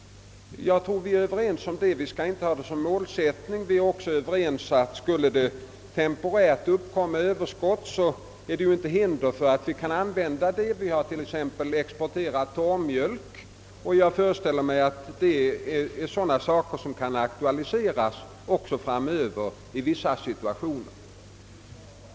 Jag tror att vi är ense om att vi inte skall ha detta som målsättning liksom om att, ifall det temporärt skulle uppkomma överskott, ingenting hindrar att vi använder detta till u-hjälp. Vi har t.ex. exporterat torrmjölk. Jag föreställer mig att sådana saker kan aktualiseras också framöver i vissa situationer.